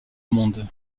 monde